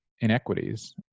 inequities